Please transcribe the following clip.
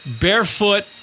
barefoot